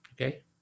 Okay